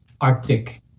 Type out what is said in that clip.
Arctic